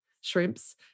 shrimps